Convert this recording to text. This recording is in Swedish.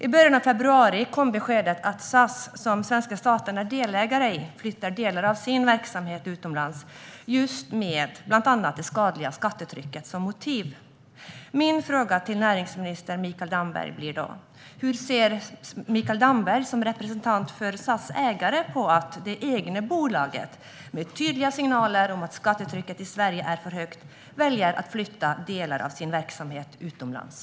I början av februari kom beskedet att SAS, som svenska staten är delägare i, flyttar delar av sin verksamhet utomlands. Motivet är bland annat det skadliga skattetrycket. Min fråga till näringsminister Mikael Damberg blir då: Hur ser Mikael Damberg, som representant för SAS ägare, på att det egna bolaget med tydliga signaler om att skattetrycket i Sverige är för högt väljer att flytta delar av sin verksamhet utomlands?